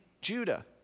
Judah